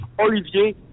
Olivier